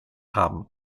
haben